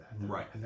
right